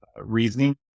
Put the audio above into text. reasoning